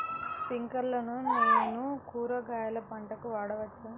స్ప్రింక్లర్లను నేను కూరగాయల పంటలకు వాడవచ్చా?